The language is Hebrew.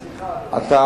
סליחה, אדוני.